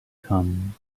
come